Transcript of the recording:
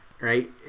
Right